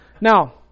Now